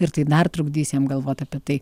ir tai dar trukdys jam galvot apie tai